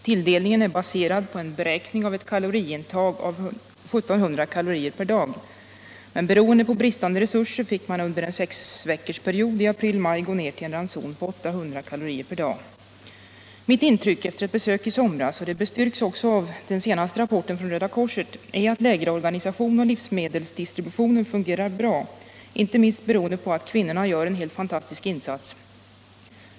Tilldelningen är baserad på en beräkning av ett kaloriintag av 1 700 kcal dag. Mitt intryck efter ett besök i somras, det bestyrks också av Röda korsets senaste rapport, är att lägerorganisationen och livsmedelsdistributionen fungerar bra — inte minst beroende på att kvinnorna gör en fantastisk insats.